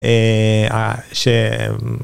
אה... אה... שם